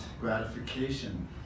gratification